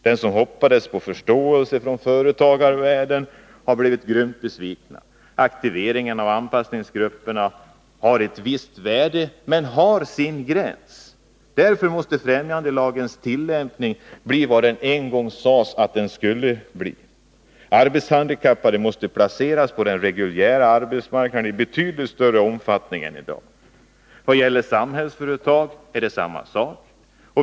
Den som hoppats på förståelse från företagarvärlden har blivit grymt besviken. Aktiveringen av anpassningsgrupperna har ett visst värde, men den har sin gräns. Därför måste främjandelagens tillämpning bli vad det en gång sades att den skulle bli. Arbetshandikappade måste placeras på den reguljära arbetsmarknaden i betydligt större omfattning än i dag. Beträffande Samhällsföretag gäller samma sak.